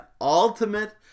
ultimate